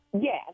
Yes